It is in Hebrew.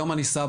היום אני סבא.